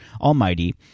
almighty